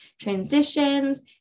transitions